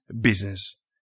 business